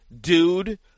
dude